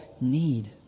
need